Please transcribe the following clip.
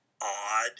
odd